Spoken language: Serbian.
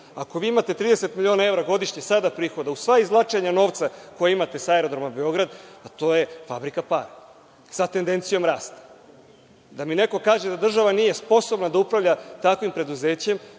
Ako vi imate 30 miliona evra godišnje sada prihoda, uz sva izvlačenja novca koje imate sa Aerodroma Beograd, pa to je fabrika para sa tedencijom rasta. Da mi neko kaže da država nije sposobna da upravlja takvim preduzećem,